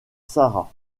sarah